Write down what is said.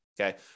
okay